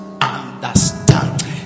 understand